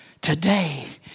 Today